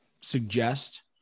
suggest